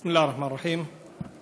בסם אללה א-רחמאן א-רחים.